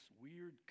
weird